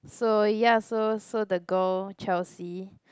so yes so so the girl Chelsea